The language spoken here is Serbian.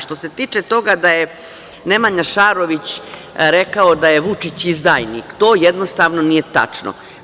Što se tiče toga da je Nemanja Šarović rekao da je Vučić izdajnik, to jednostavno nije tačno.